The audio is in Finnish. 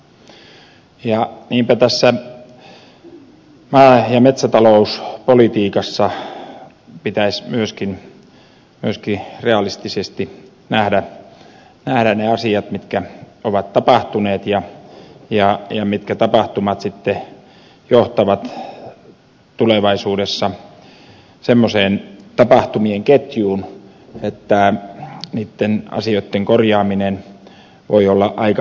niinpä tässä maa ja metsätalouspolitiikassa pitäisi myöskin realistisesti nähdä ne asiat mitkä ovat tapahtuneet ja mitkä tapahtumat sitten johtavat tulevaisuudessa semmoiseen tapahtumien ketjuun että niitten asioitten korjaaminen voi olla aika vaikeaa